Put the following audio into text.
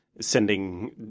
sending